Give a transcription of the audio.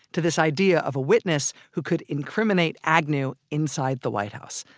to this idea of a witness who could incriminate agnew inside the white house.